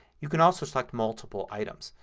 you can also select multiple items.